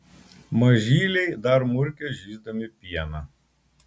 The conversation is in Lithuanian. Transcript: mažyliai dar murkia žįsdami pieną